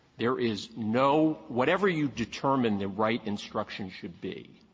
there is no whatever you determine the right instruction should be,